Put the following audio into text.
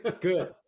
Good